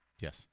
Yes